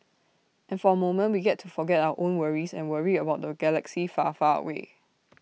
and for A moment we get to forget our own worries and worry about the galaxy far far away